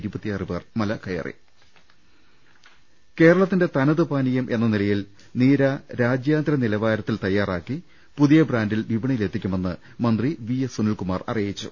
ലലലലലലലലലലലലല കേരളത്തിന്റെ തനത് പാനീയം എന്ന നിലയിൽ നീര രാജ്യാന്തര നിലവാരത്തിൽ തയ്യാറാക്കി പുതിയ ബ്രാൻഡിൽ വിപണിയിലെത്തിക്കു മെന്ന് മന്തി വി എസ് സുനിൽകുമാർ അറിയിച്ചു